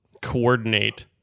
coordinate